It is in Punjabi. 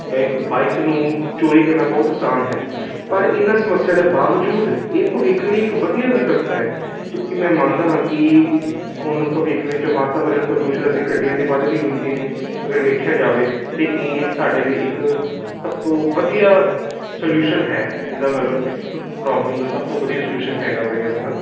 ਇੱਕ ਬਾਈਕ ਨੂੰ ਚੋਰੀ ਕਰਨਾ ਬਹੁਤ ਆਸਾਨ ਹੈ ਪਰ ਇਹਨਾਂ ਸਮੱਸਿਆ ਦੇ ਬਾਵਜੂਦ ਇਹ ਭਵਿੱਖ ਲਈ ਇੱਕ ਵਧੀਆ ਵਿਕਲਪ ਹੈ ਕਿਉਂਕਿ ਮੈਂ ਮੰਨਦਾ ਹਾਂ ਕਿ ਉਹਨੂੰ ਭਵਿੱਖ ਵਿੱਚੋਂ ਵਾਤਾਵਰਨ ਪ੍ਰਦੂਸ਼ਣ ਅਤੇ ਗੱਡੀਆਂ ਦੀ ਵਧਦੀ ਗਿਣਤੀ ਨੂੰ ਅਗਰ ਵੇਖਿਆ ਜਾਵੇ ਤਾਂ ਇਹ ਸਾਡੇ ਲਈ ਇੱਕ ਸਭ ਤੋਂ ਵਧੀਆ ਸਲਿਊਸ਼ਨ ਹੈ ਇਹਦਾ ਮਤਲਬ ਇਸ ਪ੍ਰ ਪ੍ਰੋਬਲਮ ਦਾ ਸਭ ਤੋਂ ਵਧੀਆ ਸਲਿਊਸ਼ਨ ਹੈਗਾ ਵਾ ਇਹ ਵਾਲਾ